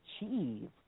achieve